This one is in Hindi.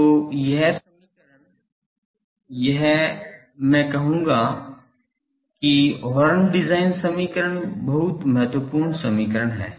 तो यह समीकरण यह है मैं कहूंगा कि हॉर्न डिज़ाइन समीकरण बहुत महत्वपूर्ण समीकरण है